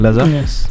Yes